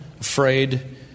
afraid